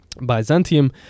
Byzantium